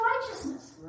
righteousness